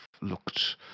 looked